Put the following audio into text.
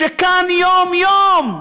כשכאן, יום-יום,